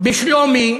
בשלומי,